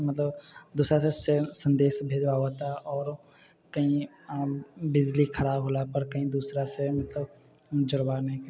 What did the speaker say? मतलब दोसरासँ सन्देश भेजबाबऽ तऽ आओर कहीँ बिजली खराब होलऽपर कहीँ दोसरासँ मतलब जुड़बा